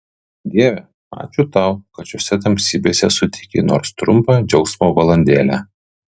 dieve ačiū tau kad šiose tamsybėse suteikei nors trumpą džiaugsmo valandėlę